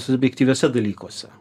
subjektyviuose dalykuose